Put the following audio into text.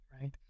right